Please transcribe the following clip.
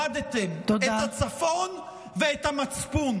איבדתם את הצפון ואת המצפון.